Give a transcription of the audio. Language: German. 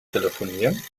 telefonieren